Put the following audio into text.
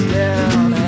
down